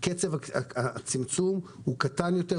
קצב הצמצום קטן יותר,